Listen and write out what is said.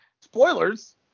Spoilers